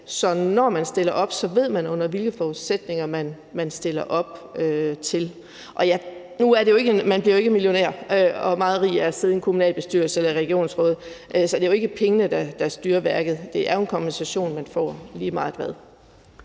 når man stiller op, ved, under hvilke forudsætninger man stiller op. Man bliver jo ikke millionær og meget rig af at sidde i en kommunalbestyrelse eller et regionsråd, så det er jo ikke pengene, der styrer værket. Det er jo en kompensation, man får, lige meget hvad.